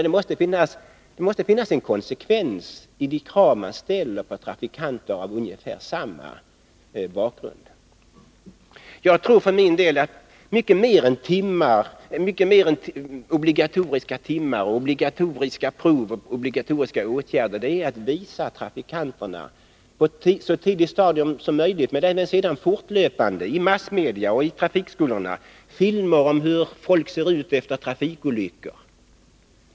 Det måste finnas en konsekvens i de krav som man ställer på trafikanter med ungefär samma bakgrund. Jag tror för min del att mycket mer än med obligatoriska timmar, obligatoriska prov och obligatoriska åtgärder står att vinna genom att på ett så tidigt stadium som möjligt i trafikskolorna och fortlöpande via massmedia visa trafikanterna hur folk ser ut efter trafikolyckor.